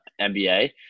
NBA